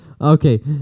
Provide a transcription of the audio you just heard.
Okay